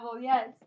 yes